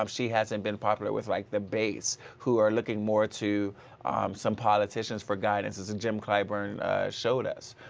um she has not and been popular with like the base who are looking more to some politicians for guidance as and jim clyburn showed us.